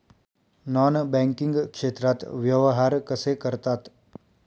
Non banking क्षेत्रात व्यवहार कसे करतात?